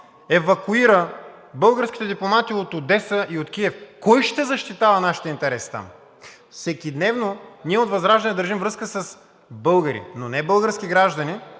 евакуира българските дипломати от Одеса и от Киев! Кой ще защитава нашите интереси там?! Всекидневно ние от ВЪЗРАЖДАНЕ държим връзка с българи, но не български граждани,